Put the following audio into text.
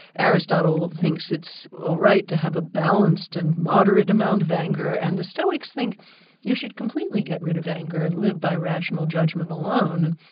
aristotle thinks it's all right to have a balanced and moderate amount of anger, and the stoics think we should completely get rid of anger, and live by rational judgment alone.